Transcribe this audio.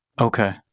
Okay